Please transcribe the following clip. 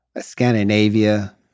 Scandinavia